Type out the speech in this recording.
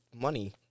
money